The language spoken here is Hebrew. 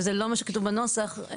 וזה לא מה שכתוב בסעיף 8 בנוסח.